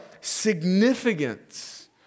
significance